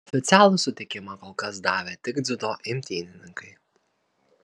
oficialų sutikimą kol kas davė tik dziudo imtynininkai